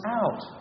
out